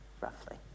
roughly